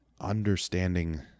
understanding